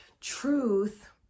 truth